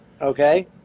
okay